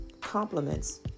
compliments